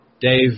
Dave